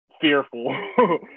fearful